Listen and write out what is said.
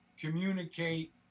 communicate